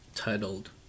Titled